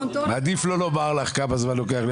עדיף לא לומר לך כמה זמן לוקח לי,